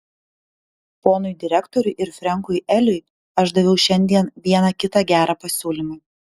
ponui direktoriui ir frenkui eliui aš daviau šiandien vieną kitą gerą pasiūlymą